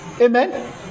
amen